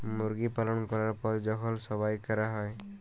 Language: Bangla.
মুরগি পালল ক্যরার পর যখল যবাই ক্যরা হ্যয়